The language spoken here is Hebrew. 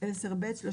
מס"ד טור